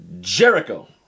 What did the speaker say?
Jericho